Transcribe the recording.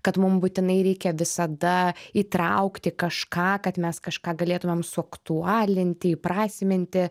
kad mum būtinai reikia visada įtraukti kažką kad mes kažką galėtumėm suaktualinti įprasminti